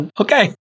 okay